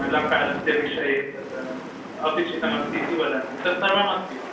अलङ्कारस्य विषये तत् किम् अपेक्षितमस्ति इति वदन्ति तत्सर्वं अस्ति वा